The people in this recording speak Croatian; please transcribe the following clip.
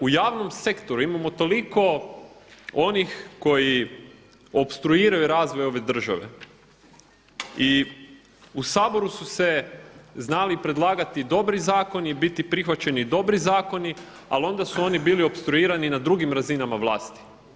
U javnom sektoru imamo toliko onih koji opstruiraju razvoj ove države i u Saboru su se znali predlagati dobri zakoni, biti prihvaćeni dobri zakoni, ali onda su oni bili opstruirani i na drugim razinama vlasti.